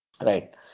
Right